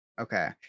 Okay